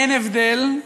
אין הבדל,